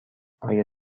آیا